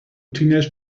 teenage